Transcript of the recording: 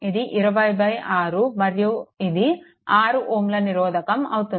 ఇది 206 మరియు ఇది 6Ω నిరోధకం అవుతుంది